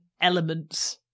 elements